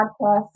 podcast